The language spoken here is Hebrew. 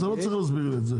אתה לא צריך להסביר לי את זה.